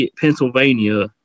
Pennsylvania